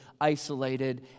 isolated